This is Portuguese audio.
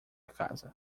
casa